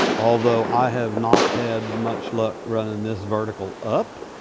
although, i have not had much luck running this vertical up.